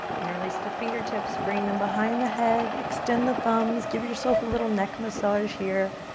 interlace the fingertips, bring them behind the head. extend the thumbs, give yourself a little neck massage here.